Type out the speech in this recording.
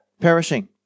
perishing